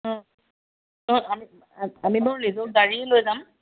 অঁ অঁ আমি আমি বাৰু নিজৰ গাড়ীয়ে লৈ যাম